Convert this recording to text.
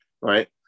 right